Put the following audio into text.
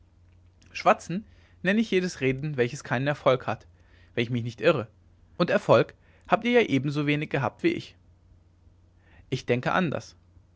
schwatzen nenne ich jedes reden welches keinen erfolg hat wenn ich mich nicht irre und erfolg habt ihr ja ebenso wenig gehabt wie ich ich denke anders